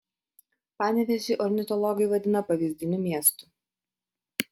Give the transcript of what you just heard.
panevėžį ornitologai vadina pavyzdiniu miestu